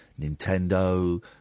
Nintendo